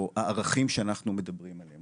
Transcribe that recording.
או הערכים שאנחנו מדברים עליהם,